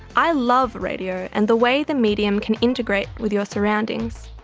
i love radio and the way the medium can integrate with your surroundings.